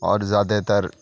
اور زیادہ تر